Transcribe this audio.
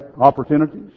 opportunities